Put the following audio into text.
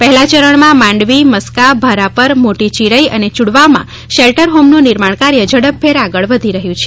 પહેલાં ચરણમાં માંડવી મસ્કા ભારાપર મોટી ચિરઈ અને યુડવામાં શેલ્ટર હોમનું નિર્માણકાર્ય ઝડપભેર આગળ ધપી રહ્યું છે